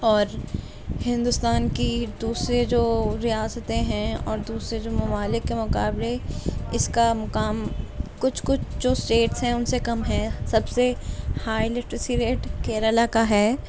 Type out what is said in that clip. اور ہندوستان کی دوسری جو ریاستیں ہیں اور دوسرے جو ممالک کے مقابلے اس کا مقام کچھ کچھ جو اسٹیٹس ہیں ان سے کم ہے سب سے ہائی لٹریسی ریٹ کیرلا کا ہے